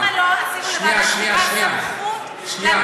למה לא עשינו לוועדת חוקה סמכות לדון,